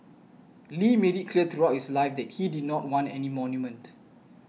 Lee made it clear throughout his life he did not want any monument